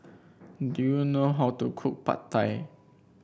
do you know how to cook Pad Thai